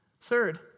Third